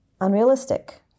Unrealistic